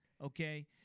okay